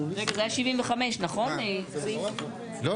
0 ההסתייגות לא